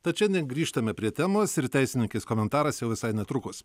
tad šiandien grįžtame prie temos ir teisininkės komentaras jau visai netrukus